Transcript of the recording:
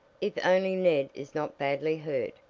if only ned is not badly hurt,